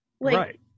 Right